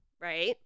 right